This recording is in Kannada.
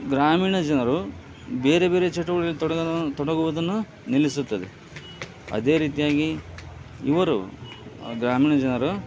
ಗ್ರಾಮೀಣ ಜನರು ಬೇರೆ ಬೇರೆ ಚಟುವಟಿಕೆ ತೊಡಗುವುದನ್ನ ನಿಲ್ಲಿಸುತ್ತದೆ ಅದೇ ರೀತಿಯಾಗಿ ಇವರು ಗ್ರಾಮೀಣ ಜನರು